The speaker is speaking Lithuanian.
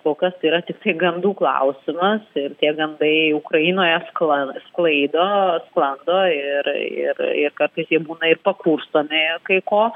kol kas tai yra tiktai gandų klausimas ir tie gandai ukrainoje sklando sklaido sklando ir ir ir kartais jie būna pakurstomi kai ko